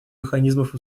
механизмов